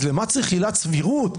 אז למה צריך עילת סבירות?